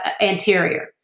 anterior